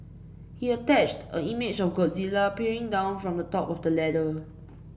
he attached an image of Godzilla peering down from the top of the ladder